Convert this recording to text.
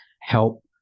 help